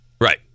Right